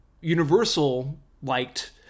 universal-liked